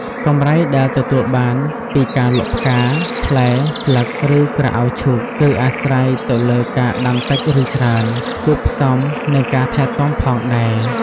កម្រៃដែលទទួលបានពីការលក់ផ្កា ផ្លែ ស្លឹក ឬក្រអៅឈូក គឺអាស្រ័យទៅលើការដាំតិចឬច្រើន គួបផ្សំនឹងការថែទាំផងដែរ ។